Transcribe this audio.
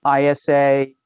ISA